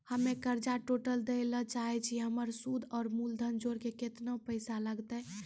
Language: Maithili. हम्मे कर्जा टोटल दे ला चाहे छी हमर सुद और मूलधन जोर के केतना पैसा लागत?